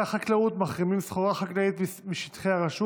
חקלאות מחרימים סחורה חקלאית משטחי הרשות